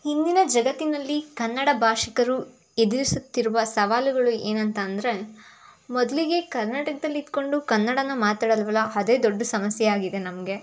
ಇಂದಿನ ಜಗತ್ತಿನಲ್ಲಿ ಕನ್ನಡ ಭಾಷಿಕರು ಎದುರಿಸುತ್ತಿರುವ ಸವಾಲುಗಳು ಏನಂತ ಅಂದರೆ ಮೊದಲಿಗೆ ಕರ್ನಾಟಕ್ದಲ್ಲಿ ಇದ್ದುಕೊಂಡು ಕನ್ನಡಾನ ಮಾತಾಡೋಲ್ವಲ್ಲ ಅದೇ ದೊಡ್ಡ ಸಮಸ್ಯೆಯಾಗಿದೆ ನಮಗೆ